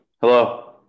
hello